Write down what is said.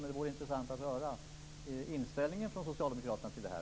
Det vore intressant att höra inställningen från socialdemokraterna till det här.